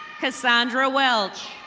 cassandra welch.